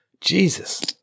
Jesus